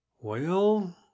Well